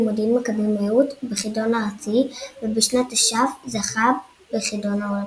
ממודיעין מכבים רעות בחידון הארצי ובשנת תש"ף זכה בחידון העולמי.